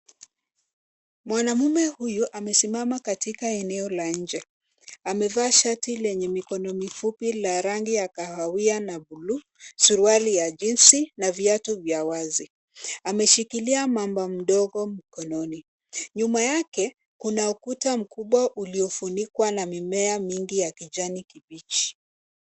Mwanamume huyu amesimama katika eneo la nje, amevaa shati lenye mikono mifupi la rangi ya kahawia na bluu, Suruali ya jeans na viatu vya wazi. Ameshikilia mamba mdogo mkononi. Nyuma yake kuna ukuta mkubwa uliofunikwa na mimea mingi ya kijani kibichi.